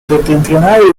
settentrionale